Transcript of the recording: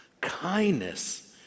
kindness